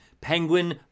Penguin